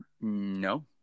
No